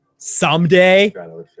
Someday